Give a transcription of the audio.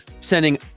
sending